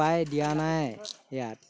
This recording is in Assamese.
উপায় দিয়া নাই ইয়াত